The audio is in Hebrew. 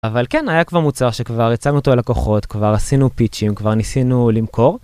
אבל כן, היה כבר מוצר שכבר יצאנו איתו לקוחות, כבר עשינו פיצ'ים, כבר ניסינו למכור.